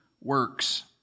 works